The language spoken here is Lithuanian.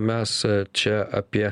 mes čia apie